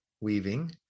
weaving